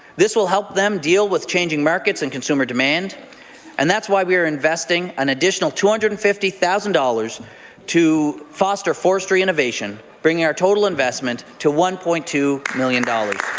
this will help them deal with changing markets and consumer demand and that's why we're investing an additional two hundred and fifty thousand dollars to foster forestry innovation, bringing our total investment to one point two million dollars.